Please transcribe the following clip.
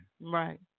Right